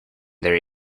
their